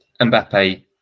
Mbappe